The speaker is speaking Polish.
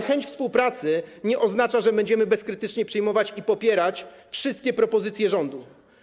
Chęć współpracy nie oznacza, że będziemy bezkrytycznie przyjmować i popierać wszystkie propozycje rządu.